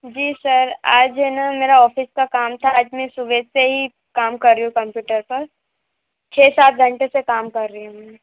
जी sir आज है ना मेरा ऑफिस का काम था आज मैं सुबह से ही काम कर रही हूँ कंप्यूटर पर छः सात घंटे से काम कर रही हूँ